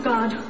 God